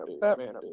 Batman